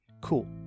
cool